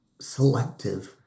selective